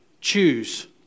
choose